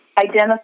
identify